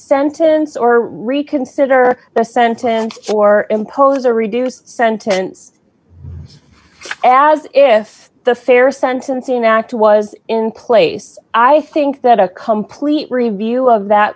sentence or reconsider the sentence or impose a reduced sentence as if the fair sentencing act was in place i think that a complete review of that